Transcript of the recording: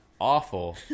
awful